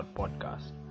podcast